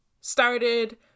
started